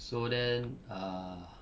so then ah